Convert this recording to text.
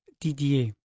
Didier